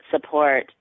support